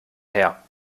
her